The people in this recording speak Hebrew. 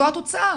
זו התוצאה.